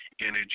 energy